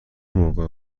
موقع